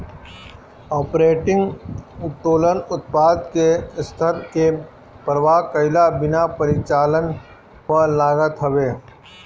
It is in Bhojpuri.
आपरेटिंग उत्तोलन उत्पादन के स्तर के परवाह कईला बिना परिचालन पअ लागत हवे